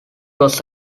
was